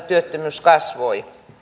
työttömyys kasvoi